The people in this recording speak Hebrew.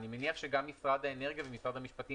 אני מניח שגם משרד האנרגיה וגם משרד המשפטים